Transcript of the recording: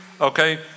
okay